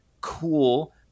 cool